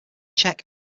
czech